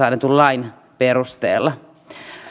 annetun lain perusteella